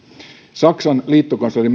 saksan liittokansleri